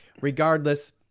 regardless